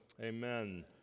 Amen